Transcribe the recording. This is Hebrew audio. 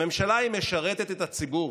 הממשלה היא משרתת את הציבור,